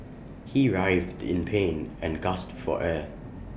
he writhed in pain and gasped for air